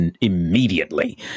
immediately